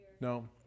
No